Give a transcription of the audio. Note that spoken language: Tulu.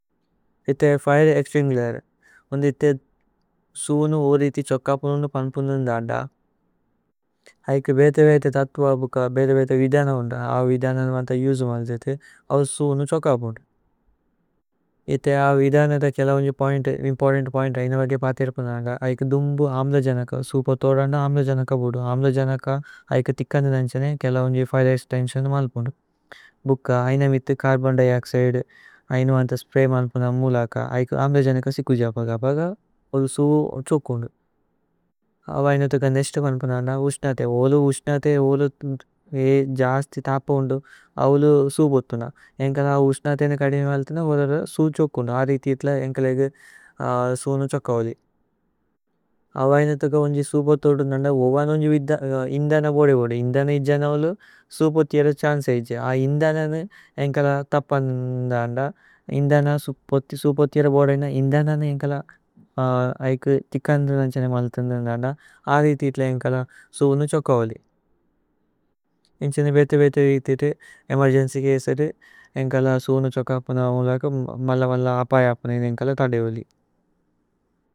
ഇഥേ ഫിരേ ഏക്സ്തിന്ഗ്ലേര് ഉന്ദി ഇഥേ സൂനു ഓരിതി। ഛോകപുനുനു പന്പുനുന്ദു അന്ദ ഐകേ ബേതേ ബേതേ। തത്വ ബുക ബേതേ ബേതേ വിദന വുന്ദ ആ വിദന। വന്ത യുജുമല്ദി ഇഥേ ഔ സൂനു ഛോകപുന്ദു ഇഥേ। അ വിദന ഇഥേ കേല ഉന്ജി പോഇന്ത് ഇമ്പോര്തന്ത് പോഇന്ത്। ഐന വഗേ പതിരുപുന്ദു അന്ദ ഐകേ ദുമ്ബു അമ്ല। ജനക സുപ ഥോദന്ദ അമ്ല ജനക ബുദു അമ്ല। അനക ഐകേ ഥിക്കനിധന് ഛനേ കേല ഉന്ജി ഫിരേ। ഏക്സ്തേന്സിഓന് മലപുന്ദു ഭുക ഐന മിഥ് ചര്ബോന്। ദിഓക്സിദേ ഐന വന്ത സ്പ്രയ് മലപുന്ദു അമ്ല ജനക। ഥിക്കു ജപ ഭക ഉന്ജു സൂനു ഛോകപുന്ദു അവ। ഐന ഥുക നേശ്തു പന്പുന്ദു അന്ദ। ഉന്ജു ഉശ്നതേ। ഉന്ജു ഉശ്നതേ ഉന്ജു ജസ്ഥി തപമുന്ദു അവലു। സൂപോഥുന ഏന്കല അവു ഉശ്നതേ ന കദിമ। വല്തുന ഉനരു സൂ ഛോകപുന്ദു അദി ഇഥേ ഇഥേല। ഏന്കല ഏഗേ സൂനു ഛോകപുന്ദു അവ ഐന ഥുക। ഉന്ജി സൂപോഥു ഥോദുന്ദു അന്ദ ഉവന ഉന്ജു ഇന്ദന। ബോദി ബോദി ഇന്ദന ജനലു സൂപോഥിര ഛന്ചേ ഇഥേ। ന്ദന ഏന്കല തപമുന്ദു അന്ദ ഇന്ദന സൂപോഥിര। ബോദി ഇന്ദന ഏന്കല ഐകു ഥിക്കനി। ഹന് ഛനേ മലതുന്ദു അന്ദ അദി ഇഥേ। ഇഥേല ഏന്കല സൂനു ഛോകപുന്ദു ഏന്ഛനേ ബേഥേ। ബേഥേ ഇഥേ ഇഥേ ഇഥേ ഏമേര്ഗേന്ച്യ് ചസേ ഇഥേ। ഏന്കല സൂനു ഛോകപുന്ദു। അമ്ല മല മല। അപയപുന്ദു ഏന്കല ഥദേ ഉലി।